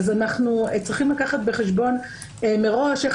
אנחנו צריכים לקחת בחשבון מראש איך